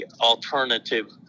alternative